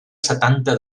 setanta